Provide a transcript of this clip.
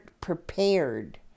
prepared